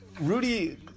Rudy